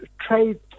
trade